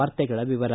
ವಾರ್ತೆಗಳ ವಿವರ